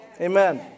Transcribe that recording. Amen